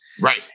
right